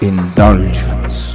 Indulgence